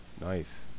Nice